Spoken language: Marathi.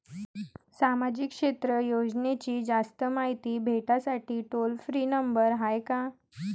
सामाजिक क्षेत्र योजनेची जास्त मायती भेटासाठी टोल फ्री नंबर हाय का?